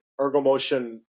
Ergomotion